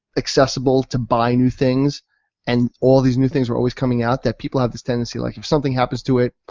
accessible to buying new things and all these new things are always coming out that people have this tendency that like if something happens to it,